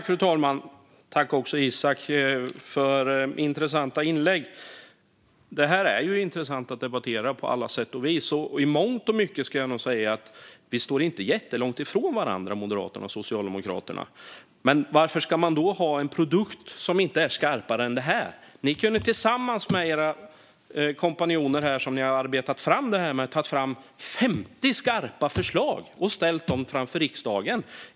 Fru talman! Tack, Isak, för intressanta inlägg! Det här är intressant att debattera på alla sätt och vis, och i mångt och mycket skulle jag nog säga att Moderaterna och Socialdemokraterna inte står jättelångt ifrån varandra. Men varför ska man då ha en produkt som inte är skarpare än så här? Ni kunde tillsammans med era kompanjoner som ni har arbetat fram propositionen med ha tagit fram femtio skarpa förslag och ställt dem framför riksdagen.